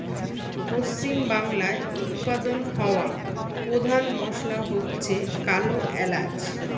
পশ্চিমবাংলায় উৎপাদন হওয়া পোধান মশলা হচ্ছে কালো এলাচ